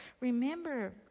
Remember